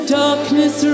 darkness